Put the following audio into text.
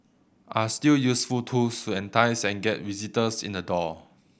are still useful tools to entice and get visitors in the door